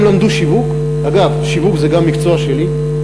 הם למדו שיווק, אגב, שיווק זה גם המקצוע שלי.